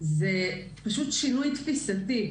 זה פשוט שינוי תפיסתי.